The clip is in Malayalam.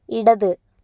ഇടത്